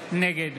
נגד